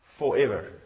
Forever